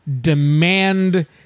demand